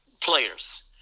players